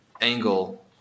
angle